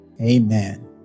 Amen